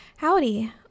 Howdy